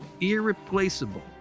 irreplaceable